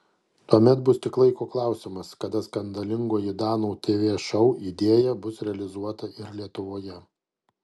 tuomet bus tik laiko klausimas kada skandalingoji danų tv šou idėja bus realizuota ir lietuvoje